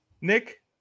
Nick